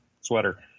sweater